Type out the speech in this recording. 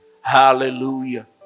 Hallelujah